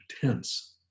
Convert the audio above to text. tense